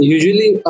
Usually